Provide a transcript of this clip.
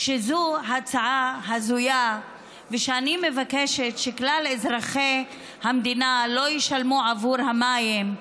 שזו הצעה הזויה ושאני מבקשת שכלל אזרחי המדינה לא ישלמו עבור המים,